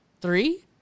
Three